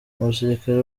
umusirikare